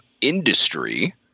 industry